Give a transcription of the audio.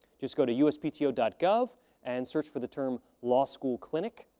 just go to uspto gov and search for the term law school clinic.